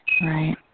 Right